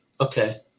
okay